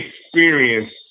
experience